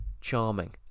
charming